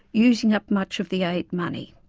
using up much of the aid money.